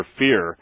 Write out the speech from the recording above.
fear